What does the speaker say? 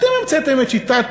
אתם המצאתם את שיטת